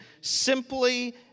simply